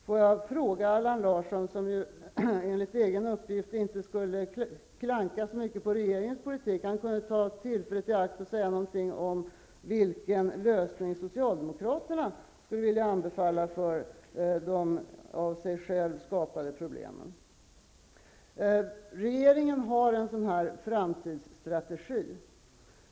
Får jag fråga Allan Larsson, som enligt egen uppgift inte skulle klanka så mycket på regeringens politik, om han inte vill ha tillfället i akt och tala om vilken lösning socialdemokraterna skulle vilja anbefalla med anledning av de problem som socialdemokraterna själva har skapat? Regeringen har en framtidsstrategi.